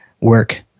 work